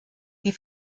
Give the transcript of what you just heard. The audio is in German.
die